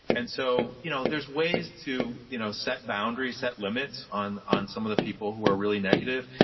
and so you know there's ways to you know set boundaries, set limits on on some of the people who are really negative.